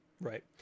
right